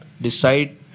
Decide